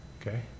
Okay